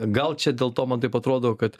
gal čia dėl to man taip atrodo kad